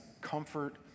comfort